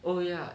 oh ya